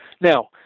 Now